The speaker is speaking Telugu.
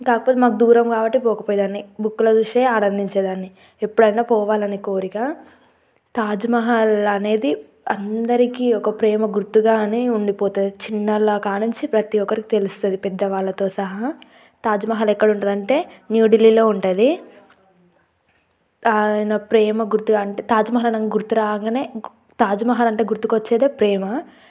కాకపోతే మాకు దూరం కాబట్టి పోకపోయే దాన్ని బుక్లో చూసే ఆనందించేదాన్ని ఎప్పుడన్నా పోవాలని కోరిక తాజ్మహల్ అనేది అందరికీ ఒక ప్రేమ గుర్తుగానే ఉండిపోతతుంది చిన్నా వాళ్ళ నుంచి ప్రతీ ఒక్కరికి తెలుస్తుంది పెద్ద వాళ్ళతో సహా తాజ్మహల్ ఎక్కడుంటదంటే న్యూఢిల్లీలో ఉంటుంది ఆయన ప్రేమ గుర్తుగా అంటే తాజ్మహల్ అని గుర్తు రాగానే తాజ్మహల్ అంటే గుర్తుకొచ్చేదే ప్రేమ